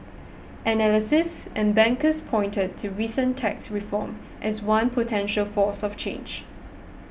analysts and bankers pointed to recent tax reform as one potential force of change